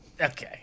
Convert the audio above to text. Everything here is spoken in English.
Okay